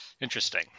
Interesting